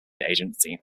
agency